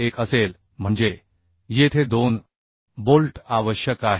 1 असेल म्हणजे येथे 2 बोल्ट आवश्यक आहेत